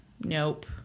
Nope